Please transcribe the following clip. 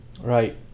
Right